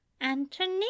Anthony